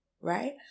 right